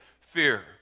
fear